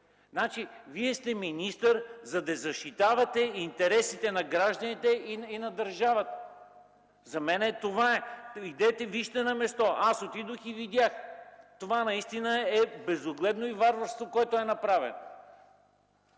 Русе. Вие сте министър, за да защитавате интересите на гражданите и на държавата. За мен е това – идете и вижте на място. Аз отидох и видях. Това наистина е безогледно и варварско, което е направено.